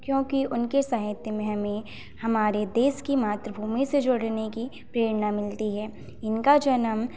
क्योंकि उनके साहित्य में हमें हमारे देश की मातृभूमि से जोड़ने की प्रेरणा मिलती है इनका जन्म